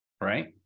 right